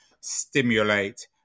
stimulate